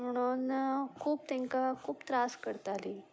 म्हणून खूब तांकां खूब त्रास करतालीं